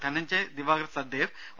ധനഞ്ജയ് ദിവാകർ സദ് ദേവ് ഒ